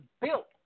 built